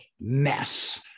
mess